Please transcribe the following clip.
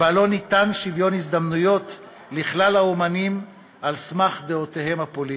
שבה לא ניתן שוויון הזדמנויות לכלל האמנים על סמך דעותיהם הפוליטיות.